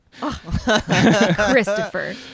Christopher